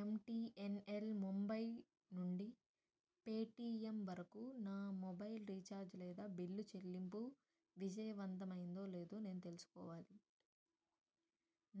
MTNL Mumbai నుండి Paytm వరకు నా మొబైల్ రీఛార్జ్ లేదా బిల్లు చెల్లింపు విజయవంతమైందో లేదో నేను తెలుసుకోవాలి